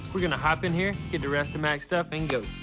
we're gonna hop in here, get the rest of mac's stuff and go.